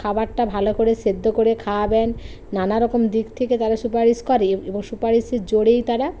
খাবারটা ভালো করে সেদ্ধ করে খাওয়াবেন নানা রকম দিক থেকে তারা সুপারিশ করে এব এবং সুপারিশের জোরেই তারা